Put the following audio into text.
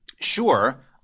sure